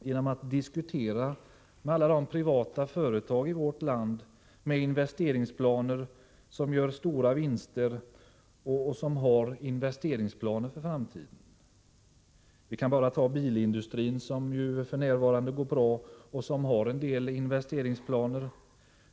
genom att diskutera med alla de privata företag i vårt land som gör stora vinster och som har investeringsplaner för framtiden. Vi kan bara tänka på bilindustrin, som ju f.n. går bra och som har en del investeringsplaner.